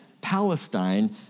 Palestine